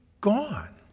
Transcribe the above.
gone